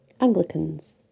Anglicans